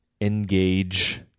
engage